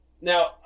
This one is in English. Now